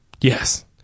Yes